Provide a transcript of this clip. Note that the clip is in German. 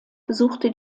besuchte